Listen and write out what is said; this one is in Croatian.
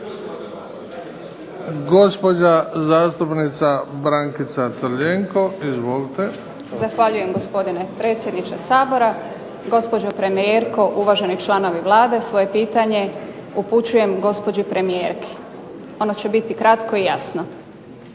Gospođa zastupnica Brankica Crljenko. Izvolite. **Crljenko, Brankica (SDP)** Zahvaljujem gospodine predsjedniče Sabora. Gospođo premijerko, uvaženi članovi Vlade. Svoje pitanje upućujem gospođi premijerki. Ono će biti kratko i jasno.